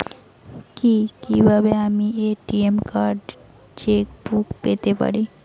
কি কিভাবে আমি এ.টি.এম কার্ড ও চেক বুক পেতে পারি?